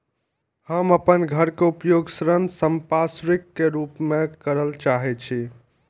हम अपन घर के उपयोग ऋण संपार्श्विक के रूप में करल चाहि छी